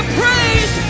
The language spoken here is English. praise